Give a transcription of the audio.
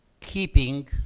keeping